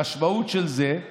המשמעות של זה היא